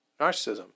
narcissism